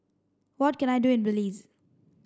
what can I do in Belize